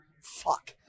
Fuck